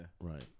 Right